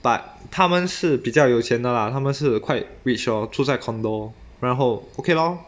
but 他们是比较有钱的啦他们是 quite rich lor 住在 condo 然后 okay lor